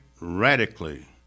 radically